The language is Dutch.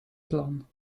plan